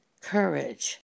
courage